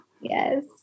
Yes